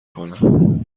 کنم